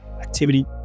Activity